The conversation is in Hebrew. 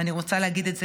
ואני רוצה להגיד את זה